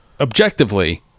objectively